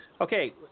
Okay